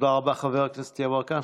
תודה רבה, חבר הכנסת יברקן.